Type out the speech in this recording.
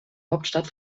hauptstadt